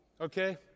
Okay